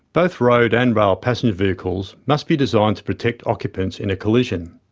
both road and rail passenger vehicles must be designed to protect occupants in a collision.